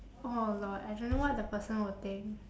oh lord I don't know what the person will think